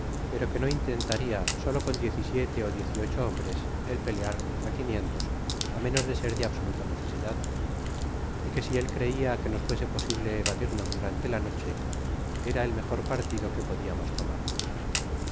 pero que do intentaria con solo diez y siete ó diez y ocho hombres el pelear contra quinientos á menos de ser de absoluta necesidad y que si él creia que nos fuese posible evadirnos durante la noche era el mejor partido que podiamos tomar